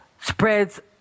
spreads